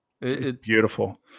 Beautiful